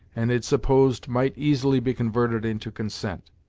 and had supposed might easily be converted into consent.